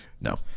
No